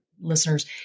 listeners